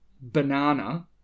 banana